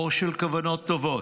אור של כוונות טובות,